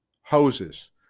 hoses